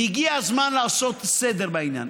והגיע הזמן לעשות סדר בעניין.